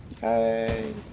Hey